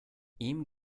ihm